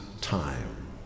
time